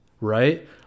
right